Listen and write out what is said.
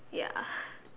ya